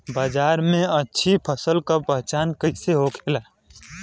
बाजार में अच्छी फसल का पहचान कैसे होखेला?